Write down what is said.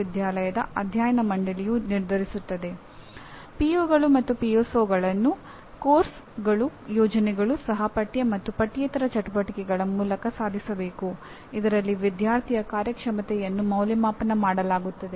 ವಿದ್ಯಾರ್ಥಿಗಳಿಂದ ಹಿಡಿದು ಶಿಕ್ಷಕರು ಪೋಷಕರು ಸರ್ಕಾರಿ ಸಂಸ್ಥೆಗಳು ಹಾಗೂ ವಿಶ್ವವಿದ್ಯಾನಿಲಯಗಳು ಹೀಗೆ ಒಂದು ಸಂಸ್ಥೆಯಲ್ಲಿ ಹಲವಾರು ಮಧ್ಯಸ್ಥಗಾರರು ಇರುತ್ತಾರೆ